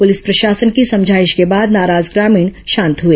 police प्रशासन की समझाइश के बाद नाराज ग्रामीण शांत हुए